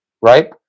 right